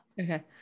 Okay